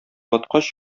аткач